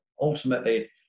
ultimately –